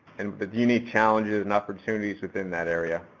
and but the unique challenges and opportunities within that area.